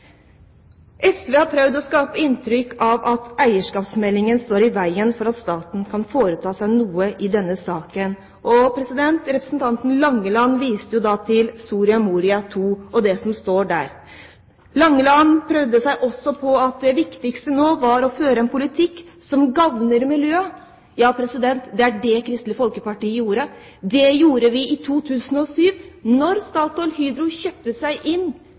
SV har prøvd å skape et inntrykk av at eierskapsmeldingen står i veien for at staten kan foreta seg noe i denne saken, og representanten Langeland viste til det som står i Soria Moria II. Langeland prøvde seg også på at det viktigste nå var å føre en politikk som gagner miljøet. Ja, det var det Kristelig Folkeparti gjorde – det gjorde vi i 2007, da StatoilHydro kjøpte seg inn